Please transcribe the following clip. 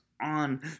On